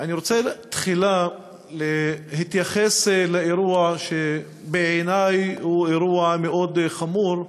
אני רוצה תחילה להתייחס לאירוע שבעיני הוא אירוע מאוד חמור,